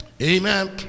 Amen